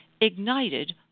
ignited